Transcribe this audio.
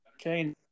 Okay